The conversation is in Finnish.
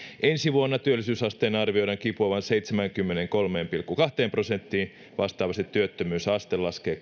ensi vuonna työllisyysasteen arvioidaan kipuavan seitsemäänkymmeneenkolmeen pilkku kahteen prosenttiin vastaavasti työttömyysaste laskee